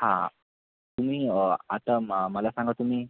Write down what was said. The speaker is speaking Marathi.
हां तुम्ही आता मा मला सांगा तुम्ही